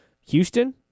Houston